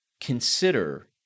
consider